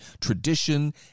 tradition